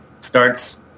starts